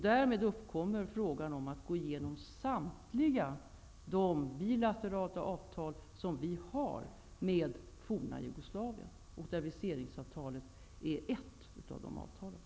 Därmed uppkommer frågan om att gå igenom samtliga de bilaterala avtal som vi har med det forna Jugoslavien. Viseringsavtalet är ett av de avtalen.